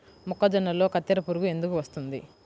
మొక్కజొన్నలో కత్తెర పురుగు ఎందుకు వస్తుంది?